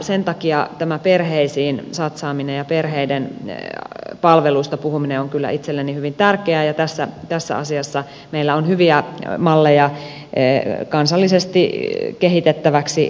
sen takia tämä perheisiin satsaaminen ja perheiden palveluista puhuminen on kyllä itselleni hyvin tärkeää ja tässä asiassa meillä on hyviä malleja kansallisesti kehitettäväksi